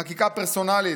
חקיקה פרסונלית,